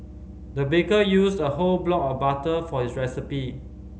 the baker used a whole block of butter for his recipe